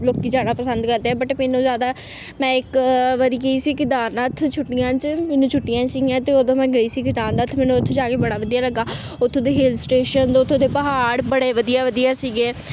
ਲੋਕ ਜਾਣਾ ਪਸੰਦ ਕਰਦੇ ਆ ਬਟ ਮੈਨੂੰ ਜ਼ਿਆਦਾ ਮੈਂ ਇੱਕ ਵਾਰੀ ਗਈ ਸੀ ਕੇਦਾਰਨਾਥ ਛੁੱਟੀਆਂ 'ਚ ਮੈਨੂੰ ਛੁੱਟੀਆਂ ਸੀਗੀਆਂ ਅਤੇ ਉਦੋਂ ਮੈਂ ਗਈ ਸੀਗੀ ਕੇਦਾਰਨਾਥ ਮੈਨੂੰ ਉੱਥੇ ਜਾ ਕੇ ਬੜਾ ਵਧੀਆ ਲੱਗਾ ਉੱਥੋਂ ਦੇ ਹਿਲ ਸਟੇਸ਼ਨ ਉੱਥੋਂ ਦੇ ਪਹਾੜ ਬੜੇ ਵਧੀਆ ਵਧੀਆ ਸੀਗੇ